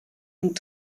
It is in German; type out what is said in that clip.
und